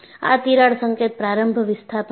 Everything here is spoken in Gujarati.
આ તિરાડ સંકેત પ્રારંભ વિસ્થાપન છે